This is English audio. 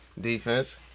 Defense